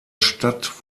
stadt